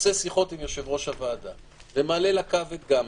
עושה שיחות עם יושב-ראש הוועדה ומעלה לקו את גמזו,